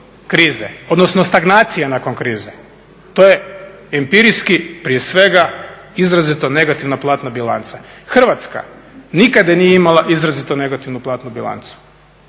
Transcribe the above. odnosno stagnacije nakon krize, to je empirijski prije svega izrazito negativna platna bilanca. Hrvatska nikada nije imala izrazito negativnu platnu bilancu.